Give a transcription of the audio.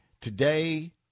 Today